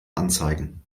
anzeigen